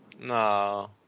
No